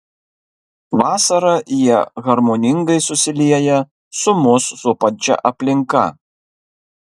vasarą jie harmoningai susilieja su mus supančia aplinka